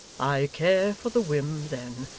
i care for the whim, then,